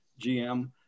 GM